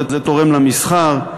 זה תורם למסחר,